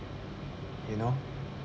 you know